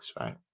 right